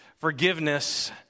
forgiveness